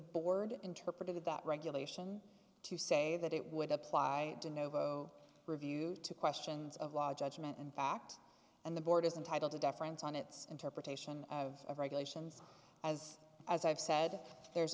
board interpreted that regulation to say that it would apply to novo review to questions of law judgment in fact and the board is entitle to deference on its interpretation of regulations as as i've said there's